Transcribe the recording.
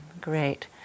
Great